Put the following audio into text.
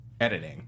editing